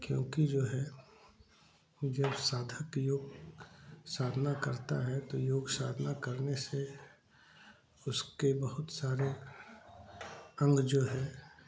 क्योंकि जो है जब साधक योग साधना करता है तो योग साधना करने से उसके बहुत सारे यंग जो हैं